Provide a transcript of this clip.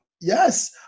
yes